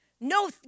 No